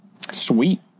sweet